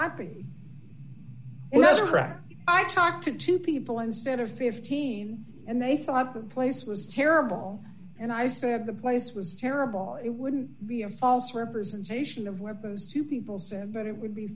racket i talked to two people instead of fifteen and they thought the place was terrible and i said the place was terrible it wouldn't be a false representation of webb those two people said but it would be